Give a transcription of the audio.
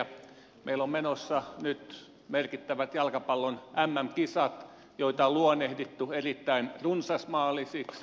meillä on menossa nyt merkittävät jalkapallon mm kisat joita on luonnehdittu erittäin runsasmaalisiksi